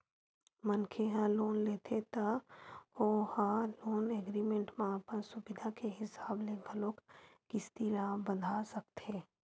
मनखे ह लोन लेथे त ओ ह लोन एग्रीमेंट म अपन सुबिधा के हिसाब ले घलोक किस्ती ल बंधा सकथे